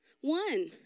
One